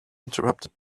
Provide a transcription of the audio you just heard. interrupted